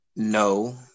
No